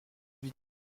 huit